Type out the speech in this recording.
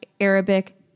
Arabic